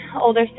older